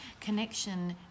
Connection